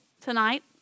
tonight